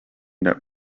that